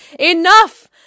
Enough